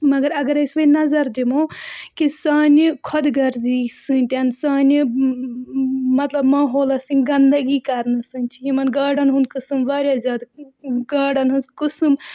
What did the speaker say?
مگر اگر أسۍ وۄنۍ نظر دِمو کہِ سانہِ خۄد غرضی سۭتۍ سانہِ مطلب ماحولَسن گنٛدگی کَرنہٕ سۭتۍ چھِ یِمَن گاڈَن ہُنٛد قٕسٕم واریاہ زیادٕ گاڈَن ہٕنٛز قٕسٕم